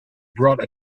brought